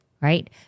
Right